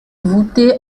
voûtée